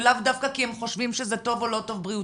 ולאו דווקא כי הם חושבים שזה טוב או לא טוב בריאותית.